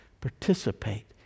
Participate